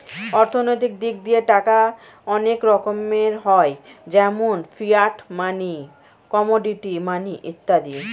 অর্থনৈতিক দিক দিয়ে টাকা অনেক রকমের হয় যেমন ফিয়াট মানি, কমোডিটি মানি ইত্যাদি